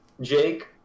Jake